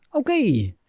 okay.